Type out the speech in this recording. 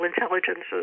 intelligences